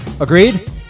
Agreed